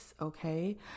okay